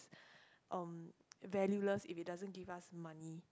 um valueless if it doesn't give us money